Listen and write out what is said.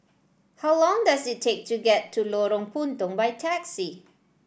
how long does it take to get to Lorong Puntong by taxi